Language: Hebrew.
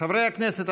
חברי הכנסת,